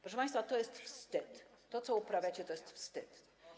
Proszę państwa, to jest wstyd, to, co uprawiacie, to jest wstyd.